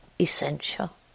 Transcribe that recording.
essential